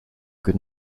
good